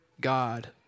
God